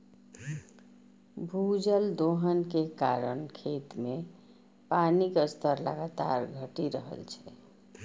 भूजल दोहन के कारण खेत मे पानिक स्तर लगातार घटि रहल छै